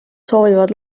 soovivad